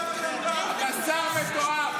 אתה שר מתועב.